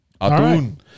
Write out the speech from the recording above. Atun